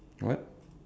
what